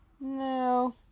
no